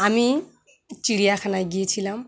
আমি চিড়িয়াখানায় গিয়েছিলাম